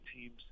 teams